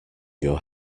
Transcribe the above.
your